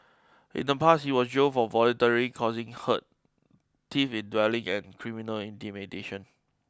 in the past he was jailed for voluntary causing hurt thief in dwelling and criminal intimidation